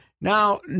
Now